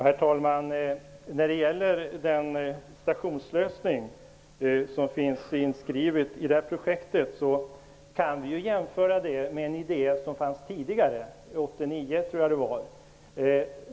Herr talman! Den stationslösning som finns inskriven i projektet kan jämföras med en idé som fanns tidigare, 1989 tror jag att det var.